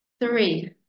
Three